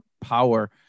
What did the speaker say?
power